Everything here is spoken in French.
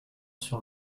sur